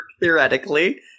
theoretically